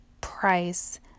price